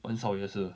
but 很少也是